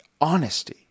honesty